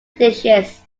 dishes